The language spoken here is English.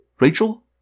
Rachel